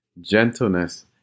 gentleness